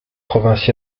provinces